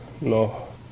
no